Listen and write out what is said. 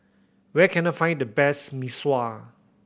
where can I find the best Mee Sua